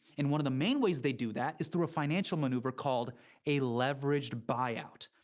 and one of the main ways they do that is through a financial maneuver called a leveraged buyout,